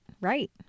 right